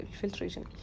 filtration